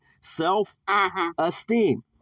Self-esteem